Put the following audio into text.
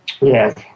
Yes